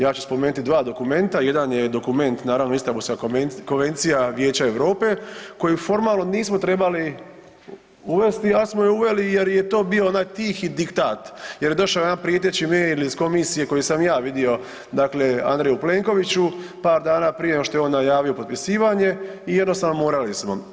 Ja ću spomenuti dva dokumenta, jedan je dokument naravno Istanbulska konvencija Vijeća Europe koju formalno nismo trebali uvesti ali smo uveli jer je to bio onaj tih diktat, jer je došao jedan prijeteći mail iz komisije koji sam ja vidio, dakle Andreju Plenkoviću, par dana prije nego što je on najavio potpisivanje i jednostavno, morali smo.